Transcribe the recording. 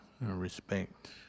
respect